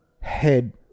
head